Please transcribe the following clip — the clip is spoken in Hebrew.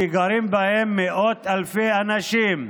שגרים בהם מאות אלפי אנשים,